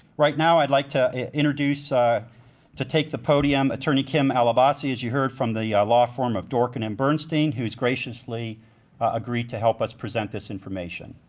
right now i'd like to introduce ah to take the podium attorney kim alabasi, as you heard, from the law firm of dworken and bernstein who's graciously agreed to help us present this information.